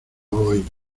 voy